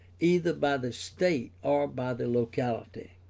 either by the state or by the locality.